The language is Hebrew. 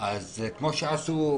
אז כמו שעשו,